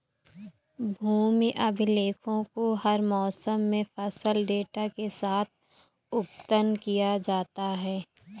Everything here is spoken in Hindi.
भूमि अभिलेखों को हर मौसम में फसल डेटा के साथ अद्यतन किया जाता है